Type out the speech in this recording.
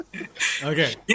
Okay